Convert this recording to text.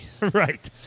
Right